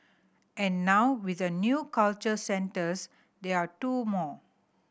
and now with the new cultural centres there are two more